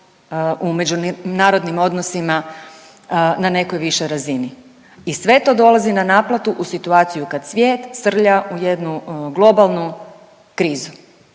u međunarodnim odnosima na nekoj višoj razini. I sve to dolazi na naplatu u situaciju kad svijet srlja u jednu globalnu krizu